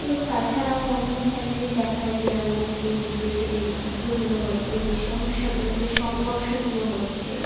এবং তাছাড়াও অন্য চ্যানেলে দেখায় যে আমাদের দেশ বিদেশে যে যুদ্ধগুলো হচ্ছে যে সমস্যাগুলো সে সংঘর্ষগুলো হচ্ছে